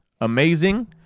amazing